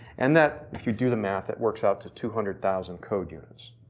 and that, if you do the math that works out to two hundred thousand code units.